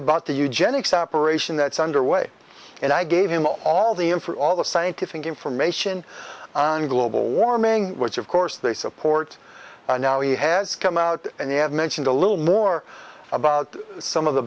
about the eugenics operation that's under way and i gave him all the in for all the scientific information on global warming which of course they support and now he has come out and you have mentioned a little more about some of the